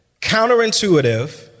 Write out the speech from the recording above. counterintuitive